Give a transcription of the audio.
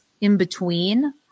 in-between